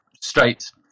straight